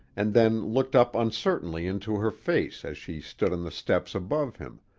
and then looked up uncertainly into her face as she stood on the steps above him,